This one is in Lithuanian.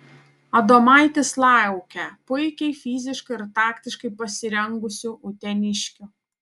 adomaitis laukia puikiai fiziškai ir taktiškai pasirengusių uteniškių